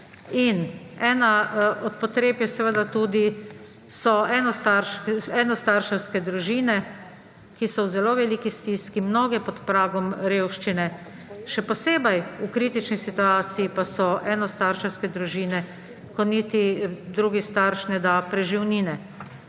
Ena od potreb so tudi enostarševske družine, ki so v zelo veliki stiski, mnoge pod pragom revščine, še posebej v kritični situaciji pa so enostarševske družine, ko drugi starš niti ne da preživnine.